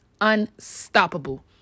unstoppable